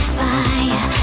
fire